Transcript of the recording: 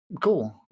Cool